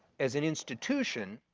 as an institution,